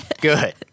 good